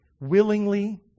willingly